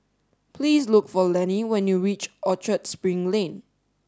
please look for Lennie when you reach Orchard Spring Lane